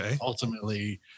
ultimately